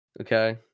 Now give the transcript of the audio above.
okay